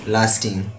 Lasting